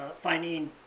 finding